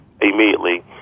immediately